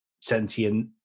sentient